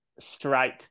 straight